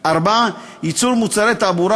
4. ייצור מוצרי תעבורה,